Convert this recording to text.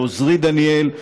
לעוזרי דניאל,